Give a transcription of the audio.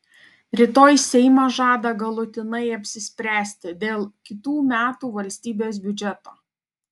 rytoj seimas žada galutinai apsispręsti dėl kitų metų valstybės biudžeto